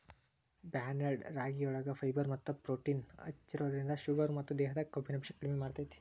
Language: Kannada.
ಬಾರ್ನ್ಯಾರ್ಡ್ ರಾಗಿಯೊಳಗ ಫೈಬರ್ ಮತ್ತ ಪ್ರೊಟೇನ್ ಹೆಚ್ಚಿರೋದ್ರಿಂದ ಶುಗರ್ ಮತ್ತ ದೇಹದಾಗ ಕೊಬ್ಬಿನಾಂಶ ಕಡಿಮೆ ಮಾಡ್ತೆತಿ